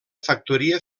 factoria